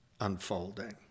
unfolding